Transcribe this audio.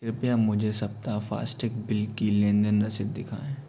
कृपया मुझे सप्ताह फास्टैग बिल की लेन देन रसीद दिखाएँ